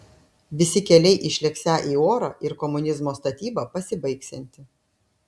visi keliai išlėksią į orą ir komunizmo statyba pasibaigsianti